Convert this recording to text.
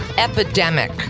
Epidemic